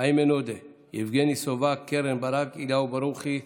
איימן עודה, יבגני סובה, קרן ברק, אליהו ברוכי.